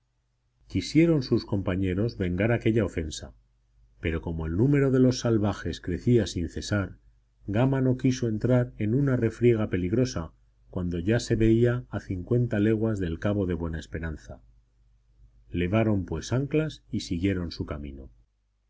quisieron sus compañeros vengar aquella ofensa pero como el número de los salvajes crecía sin cesar gama no quiso entrar en una refriega peligrosa cuando ya se veía a cincuenta leguas del cabo de buena esperanza levaron pues anclas y siguieron su camino